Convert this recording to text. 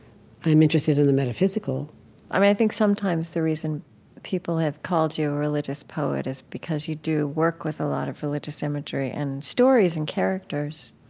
i'm interested in the metaphysical i mean, i think sometimes the reason people have called you a religious poet is because you do work with a lot of religious imagery and stories and characters